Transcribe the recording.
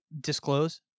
disclose